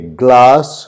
glass